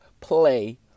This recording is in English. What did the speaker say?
play